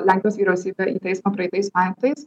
lenkijos vyriausybę į teismą praeitais metais